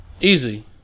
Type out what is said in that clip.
easy